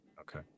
Okay